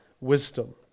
wisdom